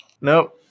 Nope